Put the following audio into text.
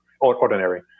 ordinary